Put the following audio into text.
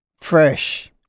fresh